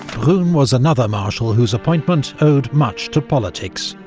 brune was another marshal whose appointment owed much to politics.